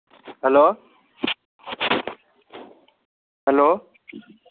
hello hello